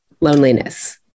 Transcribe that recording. loneliness